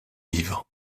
livre